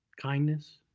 Kindness